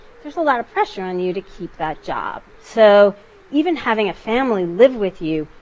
there's a lot of pressure on you to keep that job. so even having a family live with you,